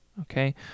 okay